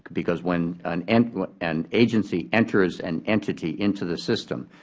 because when an and and agency enters an entity into the system,